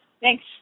Thanks